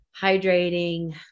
hydrating